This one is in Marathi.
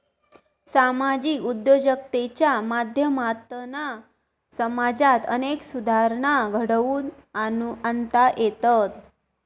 सामाजिक उद्योजकतेच्या माध्यमातना समाजात अनेक सुधारणा घडवुन आणता येतत